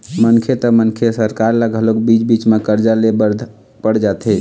मनखे त मनखे सरकार ल घलोक बीच बीच म करजा ले बर पड़ जाथे